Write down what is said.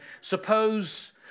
suppose